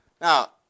Now